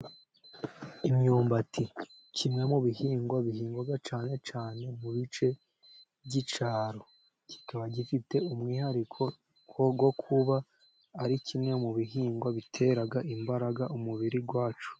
Imyumbati nikimwe mu bihingwa bihingwa cyane cyane mu bice by'icyaro. kikaba gifite umwihariko wo kuba ari kimwe mu bihingwa bitera imbaraga umubiri wacu.